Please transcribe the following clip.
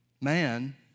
man